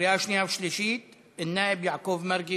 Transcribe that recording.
לקראת קריאה שנייה ושלישית לוועדת העבודה